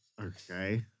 Okay